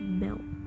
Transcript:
milk